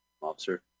officer